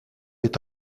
est